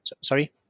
Sorry